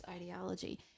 ideology